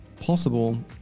possible